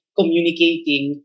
communicating